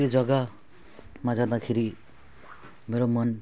त्यो जगामा जाँदाखेरि मेरो मन